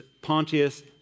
Pontius